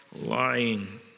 lying